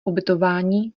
ubytování